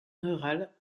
rurale